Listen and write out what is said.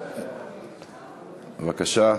בבקשה.